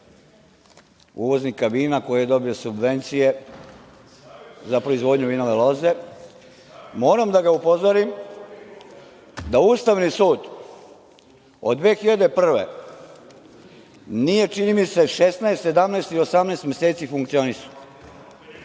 uvoznika vina koji je dobio subvencije za proizvodnju vinove loze, moram da ga upozorim da Ustavni sud od 2001. godine nije, čini mi se, 16, 17 ili 18 meseci funkcionisao.